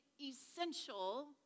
essential